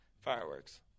fireworks